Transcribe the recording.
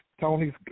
Tony's